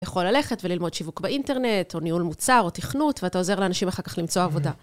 יכול ללכת וללמוד שיווק באינטרנט, או ניהול מוצר, או תכנות, ואתה עוזר לאנשים אחר כך למצוא עבודה.